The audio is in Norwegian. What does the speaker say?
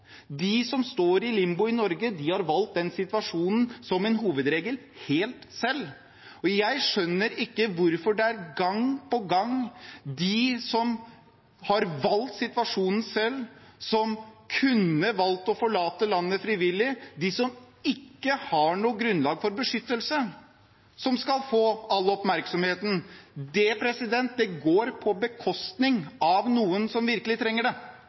dit. Man står ikke igjen med en gruppe som ufrivillig er i limbo. De som er i limbo i Norge, har valgt den situasjonen – som en hovedregel – helt selv, og jeg skjønner ikke hvorfor det gang på gang er de som har valgt situasjonen selv, som kunne valgt å forlate landet frivillig, de som ikke har noe grunnlag for beskyttelse, som skal få all oppmerksomheten. Det går på bekostning av noen som virkelig